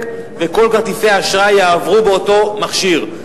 וכל כרטיסי האשראי יעברו באותו מכשיר.